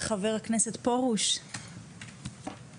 חבר הכנסת מאיר פרוש, בבקשה.